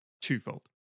twofold